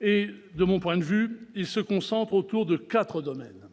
De mon point de vue, ils se concentrent autour de quatre domaines :